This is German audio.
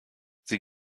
sie